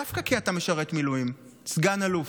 דווקא כי אתה משרת מילואים, סגן אלוף.